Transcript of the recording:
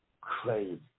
Crazy